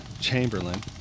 Chamberlain